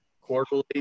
quarterly